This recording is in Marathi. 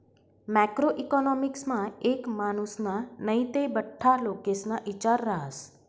मॅक्रो इकॉनॉमिक्समा एक मानुसना नै ते बठ्ठा लोकेस्ना इचार रहास